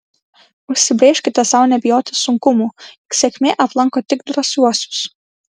užsibrėžkite sau nebijoti sunkumų juk sėkmė aplanko tik drąsiuosius